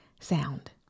sound